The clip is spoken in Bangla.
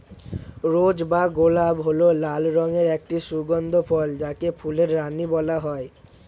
রোজ বা গোলাপ হল লাল রঙের একটি সুগন্ধি ফুল যাকে ফুলের রানী বলা হয়